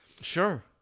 Sure